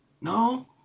No